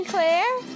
Claire